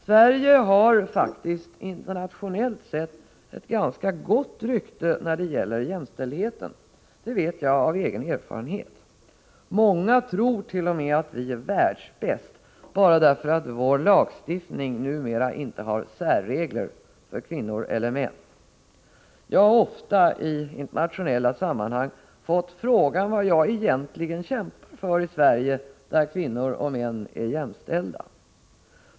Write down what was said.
Sverige har faktiskt internationellt sett ett ganska gott rykte när det gäller jämställdheten, det vet jag av egen erfarenhet. Många tror t.o.m. att vi är världsbäst, bara därför att vår lagstiftning numera inte har särregler för kvinnor eller män. Jag har ofta i internationella sammanhang fått frågan vad jag egentligen kämpar för i Sverige, där kvinnor och män är jämställda.